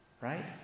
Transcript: Right